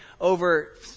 over